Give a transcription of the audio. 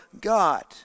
God